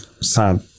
sad